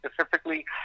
specifically